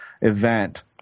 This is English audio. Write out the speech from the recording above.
event